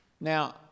Now